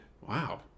Wow